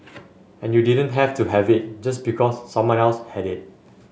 and you didn't have to have it just because someone else had it